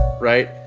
right